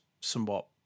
somewhat